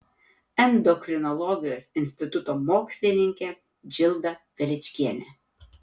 endokrinologijos instituto mokslininkė džilda veličkienė